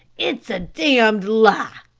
it's a damned lie!